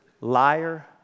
Liar